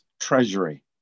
treasury